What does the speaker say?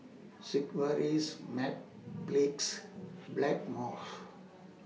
Sigvaris Mepilex Blackmores